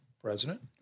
president